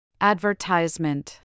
Advertisement